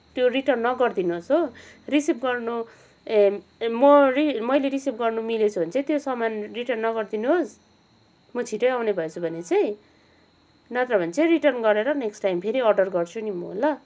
त्यो रिटर्न नगरिदिनुहोस् हो रिसिभ गर्न ए म मैले रिसिभ गर्न मिलेछ भने चाहिँ त्यो सामान रिटर्न नगरिदिनुहोस् म छिट्टै आउने भएछुँ भने चाहिँ नत्र भने चाहिँ रिटर्न गरेर नेक्स्ट टाइम फेरि अर्डर गर्छु नि म ल